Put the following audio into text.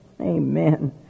Amen